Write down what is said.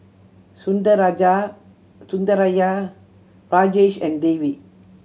Sundaraiah Rajesh and Devi